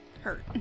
hurt